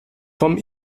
vom